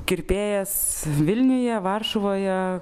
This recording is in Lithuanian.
kirpėjas vilniuje varšuvoje